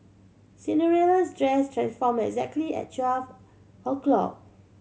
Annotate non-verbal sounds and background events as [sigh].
Cinderella's dress transformed exactly at [unintelligible] o'clock